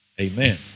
Amen